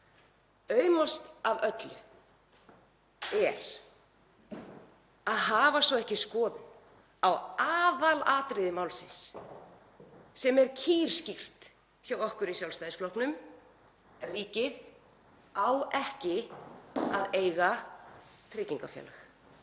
Aumast af öllu er svo að hafa svo ekki skoðun á aðalatriði máls sem er kýrskýrt hjá okkur í Sjálfstæðisflokknum: Ríkið á ekki að eiga tryggingafélag.